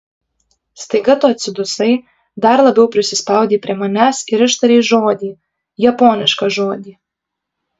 staiga tu atsidusai dar labiau prisispaudei prie manęs ir ištarei žodį japonišką žodį